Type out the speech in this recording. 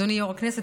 אדוני יו"ר הישיבה,